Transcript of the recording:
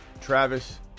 Travis